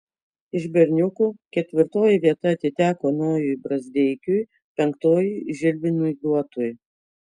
iš berniukų ketvirtoji vieta atiteko nojui brazdeikiui penktoji žilvinui duotui